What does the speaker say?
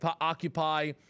occupy